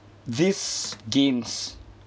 this games